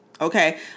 okay